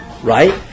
Right